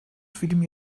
film